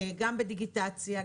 גם בדיגיטציה,